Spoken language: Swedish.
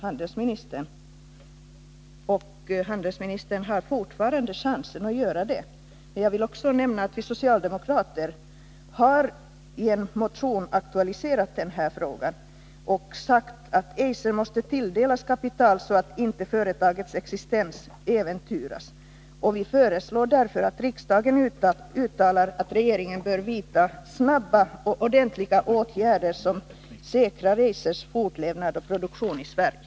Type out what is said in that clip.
Handelsministern har emellertid fortfarande chansen att ge en kommentar. Vi socialdemokrater har i en motion aktualiserat frågan och framhållit att Eiser måste tilldelas kapital, så att inte företagets existens äventyras. Därför har vi föreslagit att riksdagen uttalar att regeringen bör vidta snabba och effektiva åtgärder, som säkrar Eisers fortlevnad och produktion i Sverige.